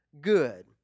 good